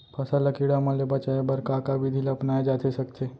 फसल ल कीड़ा मन ले बचाये बर का का विधि ल अपनाये जाथे सकथे?